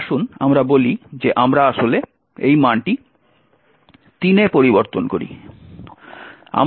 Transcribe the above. তাই আসুন আমরা বলি যে আমরা আসলে এই মানটি 3 এ পরিবর্তন করি